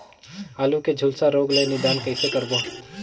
आलू के झुलसा रोग ले निदान कइसे करबो?